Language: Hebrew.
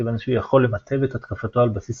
כיוון שהוא יכול למטב את התקפתו על בסיס